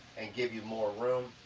and give you more room.